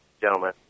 gentlemen